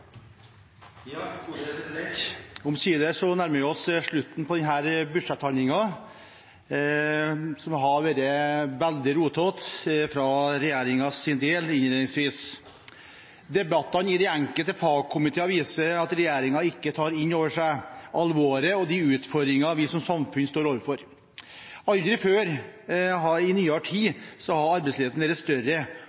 Omsider nærmer vi oss slutten på denne budsjettbehandlingen, som har vært veldig rotete fra regjeringens side innledningsvis. Debatten i de enkelte fagkomiteene viser at regjeringen ikke tar inn over seg alvoret og utfordringene vi som samfunn står overfor. Aldri før i nyere tid